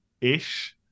ish